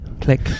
Click